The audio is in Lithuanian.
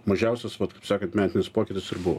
mažiausias vat kaip sakant metinis pokytis ir buvo